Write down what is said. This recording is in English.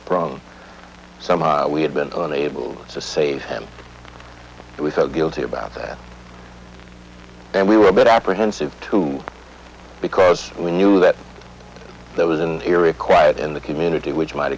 from so we had been able to save him we felt guilty about that and we were a bit apprehensive too because we knew that there was an eerie quiet in the community which might